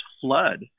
flood